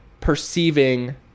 perceiving